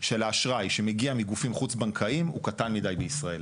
של האשראי שמגיע מגופים חוץ בנקאיים הוא קטן מידי בישראל.